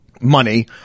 money